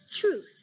Truth